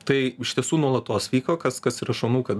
tai iš tiesų nuolatos vyko kas kas yra šaunu kad